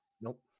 nope